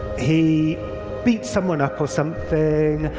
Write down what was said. he beat someone up or something,